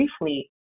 briefly